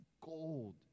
gold